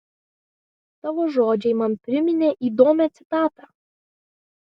tavo žodžiai man priminė įdomią citatą